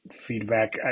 feedback